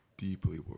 Deeply